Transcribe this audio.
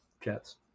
Jets